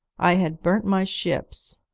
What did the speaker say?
i had burnt my ships,